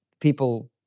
people